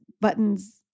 buttons